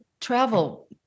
travel